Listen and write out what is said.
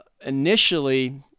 Initially